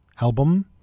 album